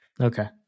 Okay